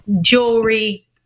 jewelry